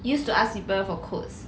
used to ask people for codes